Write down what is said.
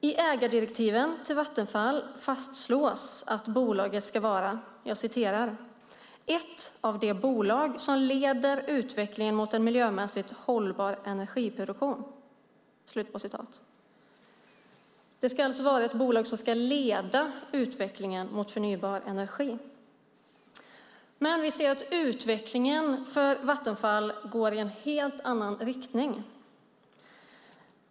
I ägardirektiven till Vattenfall fastslås att bolaget ska vara "ett av de bolag som leder utvecklingen mot en miljömässigt hållbar energiproduktion". Det ska vara ett bolag som ska leda utvecklingen mot förnybar energi. Vi ser att utvecklingen för Vattenfall går i en helt annan riktning.